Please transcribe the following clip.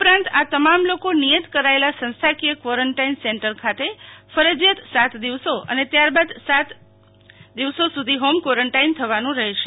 ઉપરાંત આ તમામ લોકો સ્થિત કરાયેલા સંસ્થાકીય કવોરન્ટાઈન સેન્ટર ખાતે ફરજિયાત સાત દિવસો અને ત્યારબાદ સાત દિવસો સુધી હોમ કવોરટાઈન થવાનું રહેશે